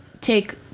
take